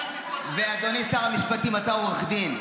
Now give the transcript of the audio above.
אדוני שר המשפטים, אתה עורך דין.